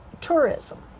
tourism